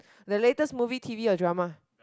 the latest movie T_V or drama